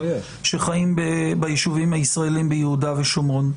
שחיים ביישובים הישראלים ביהודה ושומרון.